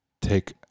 take